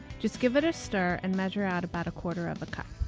just give it a stir and measure out about a quarter of a cup.